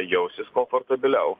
jausis komfortabiliau